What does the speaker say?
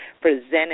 presented